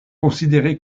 considéré